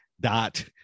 dot